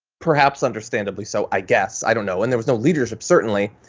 perhaps understandably so, i guess, i don't know. and there was no leadership certainly.